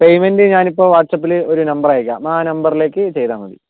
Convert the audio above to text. payment ഞാനിപ്പോൾ വാട്സാപ്പില് ഒരു നമ്പറയക്കാം ആ നംബർലേക്ക് ചെയ്താൽ മതി